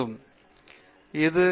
பேராசிரியர் பி